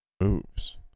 moves